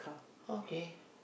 okay